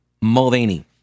Mulvaney